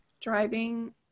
driving